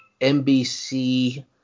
NBC